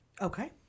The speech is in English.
okay